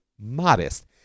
modest